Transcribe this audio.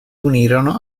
unirono